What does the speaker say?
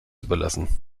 überlassen